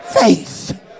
faith